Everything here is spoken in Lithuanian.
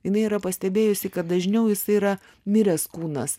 jinai yra pastebėjusi kad dažniau jisai yra miręs kūnas